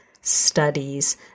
studies